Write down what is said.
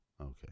Okay